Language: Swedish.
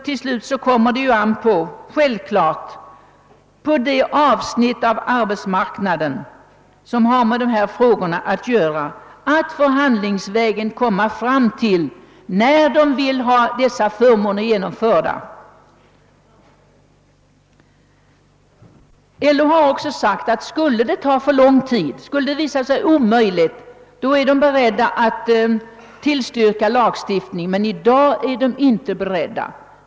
Till slut kommer det självfallet an på de medlemmar som har med dessa frågor att göra att förhandlingsvägen fastställa när förmånerna skall genomföras. Landsorganisationen har också sagt att om förhandlingsvägen skulle ta för lång tid eller visa sig oframkomlig, så är man beredd att tillstyrka lagstiftning men att man i dag inte önskar göra det.